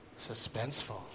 Suspenseful